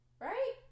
right